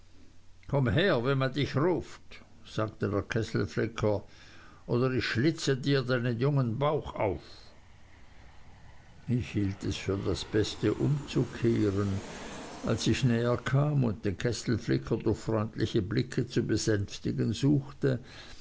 komm her wenn man dich ruft sagte der kesselflicker oder ich schlitze dir deinen jungen bauch auf ich hielt es für das beste umzukehren als ich näher kam und den kesselflicker durch freundliche blicke zu besänftigen suchte